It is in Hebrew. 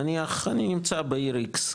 נניח אני נמצא בעיר איקס,